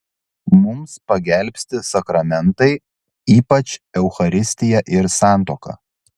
mums pagelbsti sakramentai ypač eucharistija ir santuoka